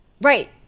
Right